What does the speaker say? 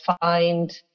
find